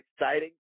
exciting